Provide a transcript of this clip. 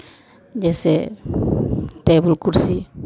जैसे टेबुल कुर्सी